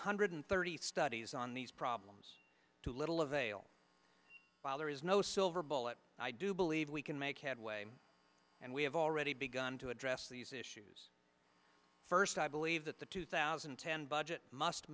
hundred thirty studies on these problems to little avail while there is no silver bullet i do believe we can make headway and we have already begun to address these issues first i believe that the two thousand and ten budget must